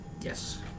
Yes